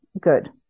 good